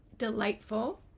Delightful